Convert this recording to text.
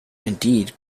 indeed